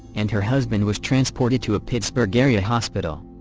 and her husband was transported to a pittsburgh-area hospital.